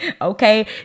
okay